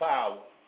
power